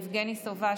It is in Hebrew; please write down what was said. יבגני סובה,